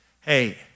hey